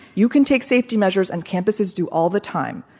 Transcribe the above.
you can take safety measures, and campuses do all the time,